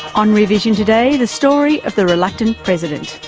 on rear vision today the story of the reluctant president.